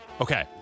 Okay